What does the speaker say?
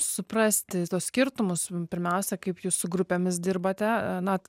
suprasti tuos skirtumus pirmiausia kaip jūs su grupėmis dirbate na